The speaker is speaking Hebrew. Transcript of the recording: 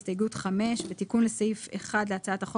אנחנו עוברים לקובץ ההסתייגויות האחרון של סיעת יש עתיד.